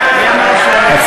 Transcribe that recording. הממשלה,